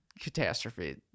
catastrophe